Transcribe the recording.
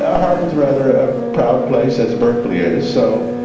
ah harvard's rather a proud place as berkeley is, so